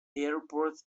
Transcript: airport